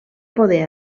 poder